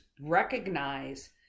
recognize